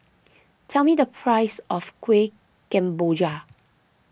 tell me the price of Kuih Kemboja